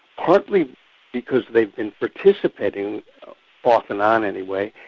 partly because they've been participating off and on anyway,